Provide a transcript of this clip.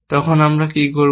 তখন আমরা কী করব